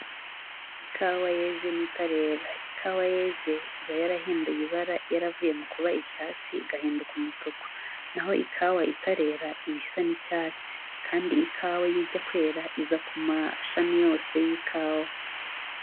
Ikawa yeze n'itarera, ikawa yeze iba yarahinduye ibara yaravuye mu kuba icyatsi igahinduka umutuku naho ikawa itare ibisa n'icyatsi kandi ikawa iyo ijya kwera iza ku mashami yose y'ikawa.